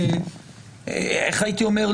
הייתי אומר,